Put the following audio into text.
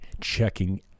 checking